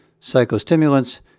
psychostimulants